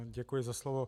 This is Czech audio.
Děkuji za slovo.